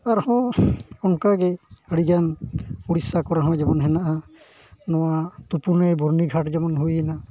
ᱟᱨ ᱦᱚᱸ ᱚᱱᱠᱟᱜᱮ ᱟᱹᱰᱤ ᱜᱟᱱ ᱳᱰᱤᱥᱟ ᱠᱚᱨᱮ ᱦᱚᱸ ᱡᱮᱢᱚᱱ ᱦᱮᱱᱟᱜᱼᱟ ᱱᱚᱣᱟ ᱛᱩᱯᱩᱱ ᱱᱟᱹᱭ ᱵᱚᱨᱱᱤ ᱜᱷᱟᱴ ᱡᱮᱢᱚᱱ ᱦᱩᱭᱱᱟ